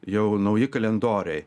jau nauji kalendoriai